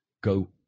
go